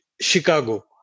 Chicago